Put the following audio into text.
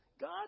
God